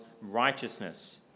righteousness